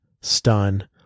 stun